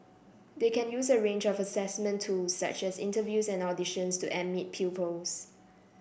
they can use a range of assessment tools such as interviews and auditions to admit pupils